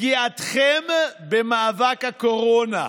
פגיעתכם במאבק הקורונה".